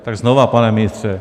Tak znovu, pane ministře.